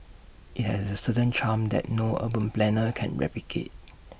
IT has A certain charm that no urban planner can replicate